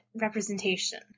representation